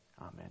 Amen